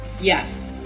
Yes